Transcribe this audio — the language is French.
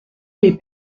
les